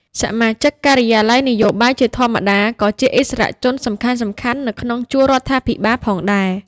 សមាជិកការិយាល័យនយោបាយជាធម្មតា ក៏ជាឥស្សរជនសំខាន់ៗនៅក្នុងជួររដ្ឋាភិបាលផងដែរ ។